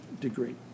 degree